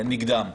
נגדם.